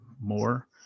more